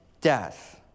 death